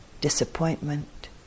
disappointment